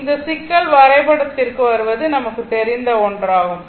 எனவே இந்த சிக்கல் வரைபடத்திற்கு வருவது நமக்கு தெரிந்த ஒன்றாகும்